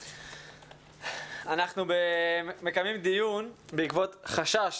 אנחנו מקיימים דיון בעקבות "חשש",